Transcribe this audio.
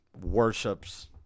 worships